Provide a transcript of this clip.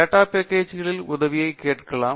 data package களில் உதவியைக் கேட்கலாம்